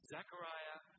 Zechariah